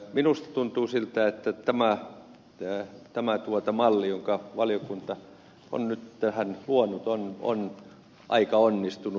minusta tuntuu siltä että tämä malli jonka valiokunta on nyt tähän luonut on aika onnistunut